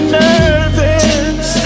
nervous